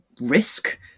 risk